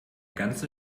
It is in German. ganze